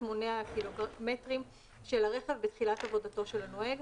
מונה הקילומטרים של הרכב בתחילת עבודתו של הנוהג,